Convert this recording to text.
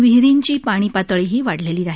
विहिरींची पाणीपातळीही वाढलेली नाही